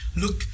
look